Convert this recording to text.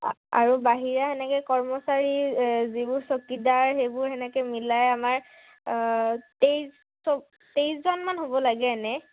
আৰু বাহিৰা সেনেকৈ কৰ্মচাৰী যিবোৰ চকীদাৰ সেইবোৰ সেনেকৈ মিলাই আমাৰ তেইছ তেইছজনমান হ'ব লাগে এনে